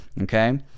okay